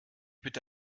bitte